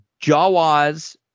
Jawas